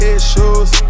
issues